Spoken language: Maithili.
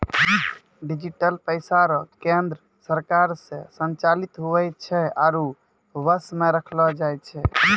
डिजिटल पैसा रो केन्द्र सरकार से संचालित हुवै छै आरु वश मे रखलो जाय छै